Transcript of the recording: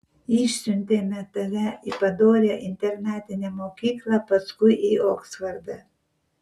išsiuntėme tave į padorią internatinę mokyklą paskui į oksfordą